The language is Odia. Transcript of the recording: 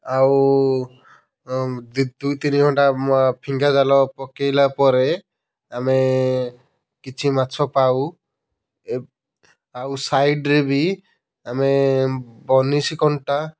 ଆଉ ଦୁଇ ତିନି ଘଣ୍ଟା ଫିଙ୍ଗା ଜାଲ ପକାଇଲା ପରେ ଆମେ କିଛି ମାଛ ପାଉ ଏ ଆଉ ସାଇଡ୍ରେ ବି ଆମେ ବନିଶି କଣ୍ଟା